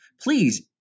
Please